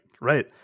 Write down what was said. Right